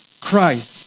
Christ